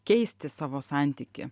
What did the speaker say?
keisti savo santykį